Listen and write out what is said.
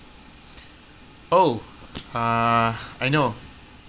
oh uh I know